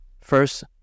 First